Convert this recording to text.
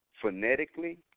phonetically